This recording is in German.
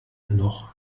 noch